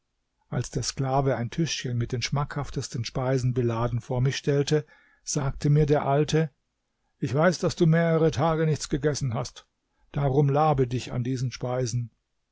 als der sklave ein tischchen mit den schmackhaftesten speisen beladen vor mich stellte sagte mir der alte ich weiß daß du mehrere tage nichts gegessen hast darum labe dich an diesen speisen